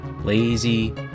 lazy